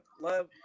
love